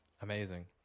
Amazing